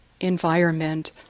environment